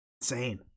Insane